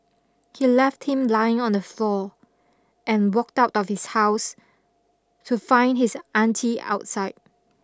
he left him lying on the floor and walked out of his house to find his aunty outside